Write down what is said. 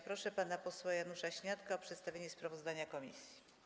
Proszę pana posła Janusza Śniadka o przedstawienie sprawozdania komisji.